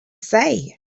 say